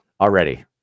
already